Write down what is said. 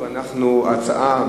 ההצעה,